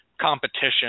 competition